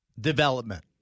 development